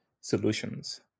solutions